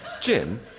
Jim